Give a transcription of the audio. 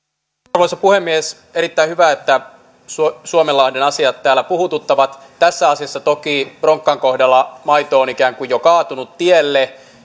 arvoisa puhemies erittäin hyvä että suomenlahden asiat täällä puhututtavat tässä asiassa toki bronkan kohdalla maito on ikään kuin jo kaatunut tielle